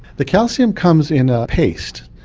the calcium comes in a paste,